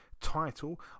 title